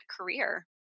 career